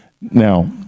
now